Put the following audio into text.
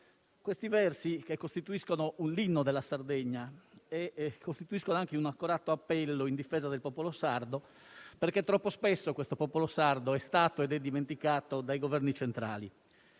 Questi versi, che costituiscono l'inno della Sardegna, rappresentano anche un accorato appello in difesa del popolo sardo, perché troppo spesso è stato ed è dimenticato dai governi centrali.